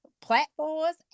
platforms